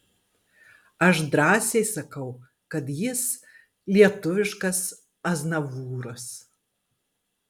aš drąsiai sakau kad jis lietuviškas aznavūras